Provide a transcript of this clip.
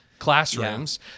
classrooms